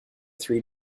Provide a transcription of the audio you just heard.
three